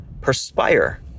perspire